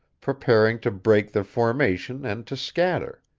preparing to break their formation and to scatter.